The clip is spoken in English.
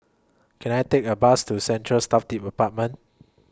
Can I Take A Bus to Central Staff Tave Apartment